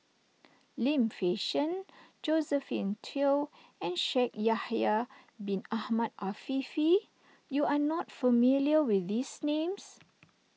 Lim Fei Shen Josephine Teo and Shaikh Yahya Bin Ahmed Afifi you are not familiar with these names